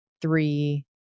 three